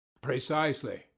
precisely